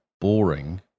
boring